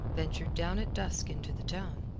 ventured down at dusk into the town.